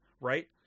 right